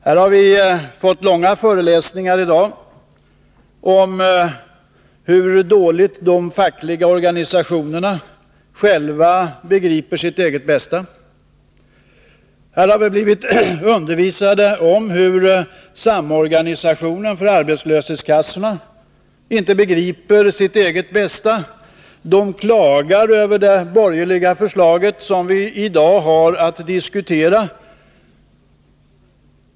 Här har vi fått långa föreläsningar i dag om hur dåligt de fackliga organisationerna själva begriper sitt eget bästa. Här har vi blivit undervisade om hur samorganisationen för arbetslöshetskassorna inte begriper sitt eget bästa. De klagar över de borgerliga förslag som vi i dag har att diskutera.